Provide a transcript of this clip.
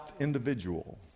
individual